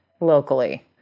locally